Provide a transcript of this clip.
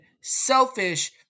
selfish